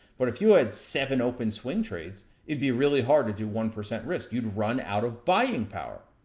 but if you had seven open swing trades, it'd be really hard to do one percent risk. you'd run out of buying power.